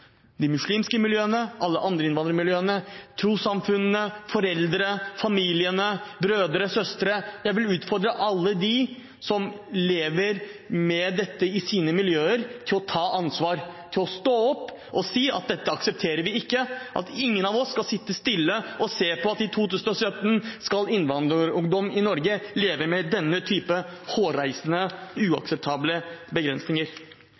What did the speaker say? de muslimske miljøene og alle de andre innvandrermiljøene, trossamfunnene, foreldrene, familiene, brødre, søstre, jeg vil utfordre alle dem som lever med dette i sine miljøer, til å ta ansvar, til å stå opp og si at dette aksepterer vi ikke, og at ingen av oss skal sitte stille og se på at innvandrerungdom i Norge i 2017 skal leve med denne typen hårreisende, uakseptable begrensninger.